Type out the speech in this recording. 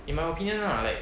in my opinion lah